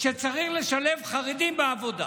שצריך לשלב חרדים בעבודה.